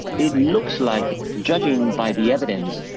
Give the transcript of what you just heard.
it looks like, judging by the evidence,